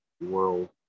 world